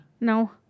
No